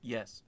Yes